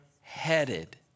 headed